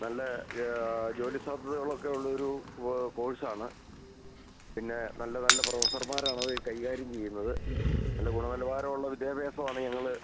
നല്ല ജോലി സാധ്യതകളൊക്കെ ഉള്ളൊരു കോഴ്സാണ് പിന്നെ നല്ല നല്ല പ്രൊഫസ്സർമാരാണ് ഇത് കൈകാര്യം ചെയ്യുന്നത് നല്ല ഗുണനിലവാരമുള്ള വിദ്യാഭ്യാസം ആണ് ഞങ്ങൾ